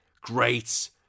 great